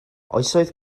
oesoedd